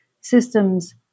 systems